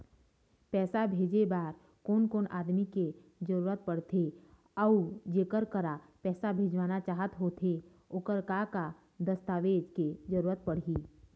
पैसा भेजे बार कोन कोन आदमी के जरूरत पड़ते अऊ जेकर करा पैसा भेजवाना चाहत होथे ओकर का का दस्तावेज के जरूरत पड़ही?